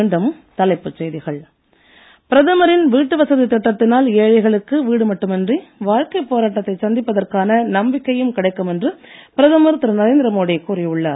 மீண்டும் தலைப்புச் செய்திகள் பிரதமரின் வீட்டு வசதி திட்டத்தினால் ஏழைகளுக்கு வீடு மட்டுமின்றி வாழ்க்கை போராட்டத்தை சந்திப்பதற்கான நம்பிக்கையும் கிடைக்கும் என்று பிரதமர் திரு நரேந்திர மோடி கூறி உள்ளார்